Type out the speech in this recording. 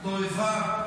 תועבה.